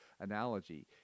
analogy